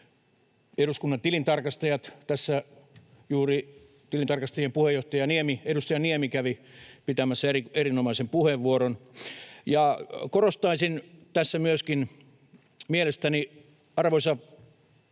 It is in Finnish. eduskunnan tilintarkastajat — tässä juuri tilintarkastajien puheenjohtaja, edustaja Niemi kävi pitämässä erinomaisen puheenvuoron — ja korostaisin tässä myöskin, että mielestäni, arvoisa rouva